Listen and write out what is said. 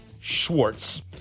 Schwartz